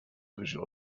visual